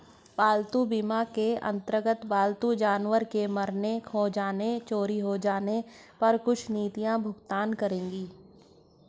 पालतू बीमा के अंतर्गत पालतू जानवर के मरने, खो जाने, चोरी हो जाने पर कुछ नीतियां भुगतान करेंगी